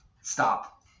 stop